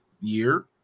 year